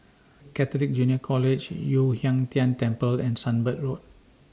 Catholic Junior College Yu Huang Tian Temple and Sunbird Road